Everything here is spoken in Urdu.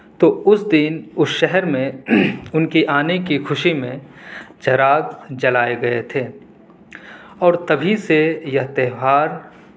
تو اس دن اس شہر میں ان کی آنے کی خوشی میں چراغ جلائے گئے تھے اور تبھی سے یہ تہوار